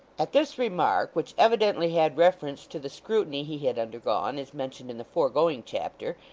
at this remark, which evidently had reference to the scrutiny he had undergone, as mentioned in the foregoing chapter,